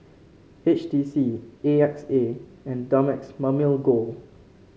H T C A X A and Dumex Mamil Gold